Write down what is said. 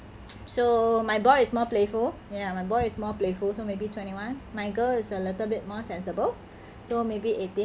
so my boy is more playful ya my boy is more playful so maybe twenty one my girl is a little bit more sensible so maybe eighteen